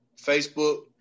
Facebook